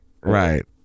right